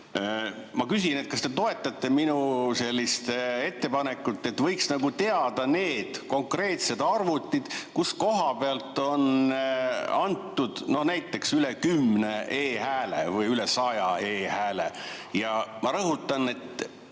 Ma küsin, kas te toetate minu ettepanekut, et võiks nagu teada olla need konkreetsed arvutid, kust on antud näiteks üle kümne e-hääle või üle saja e-hääle. Ja ma rõhutan, mind